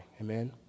amen